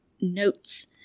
notes